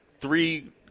three